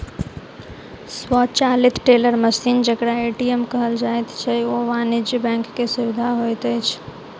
स्वचालित teller machine जेकरा ATM कहल जाइत छै, ओ वाणिज्य बैंक के सुविधा होइत अछि